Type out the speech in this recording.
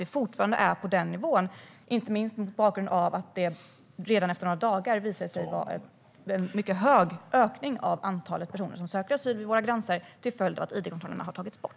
Jag ställer frågan med tanke inte minst på att det redan efter några dagar visade sig bli en mycket stor ökning av antalet personer som sökte asyl vid våra gränser till följd av att id-kontrollerna togs bort.